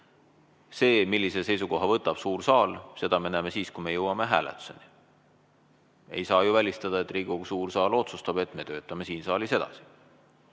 Seda, millise seisukoha võtab suur saal, me näeme siis, kui me jõuame hääletuseni. Ei saa ju välistada, et Riigikogu suur saal otsustab, et me töötame siin saalis edasi.